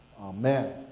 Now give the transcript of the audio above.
Amen